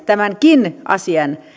tämänkin asian